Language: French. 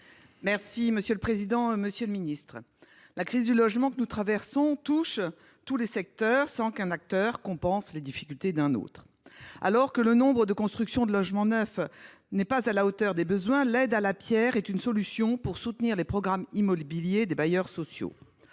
et de la cohésion des territoires. La crise du logement que nous traversons touche tous les secteurs sans qu’un acteur compense les difficultés d’un autre. Alors que le nombre de constructions de logements neufs n’est pas à la hauteur des besoins, l’aide à la pierre est une solution pour soutenir les programmes immobiliers des bailleurs sociaux.